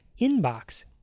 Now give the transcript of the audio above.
INBOX